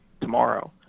tomorrow